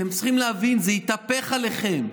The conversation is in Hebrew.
אתם צריכים להבין, זה יתהפך עליכם.